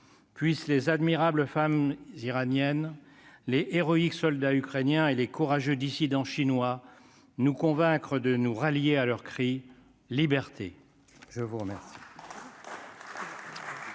puissent les admirables femmes iraniennes-les héroïques soldats ukrainiens et les courageux dissident chinois nous convaincre de nous rallier à leur crient Liberté je vous remercie.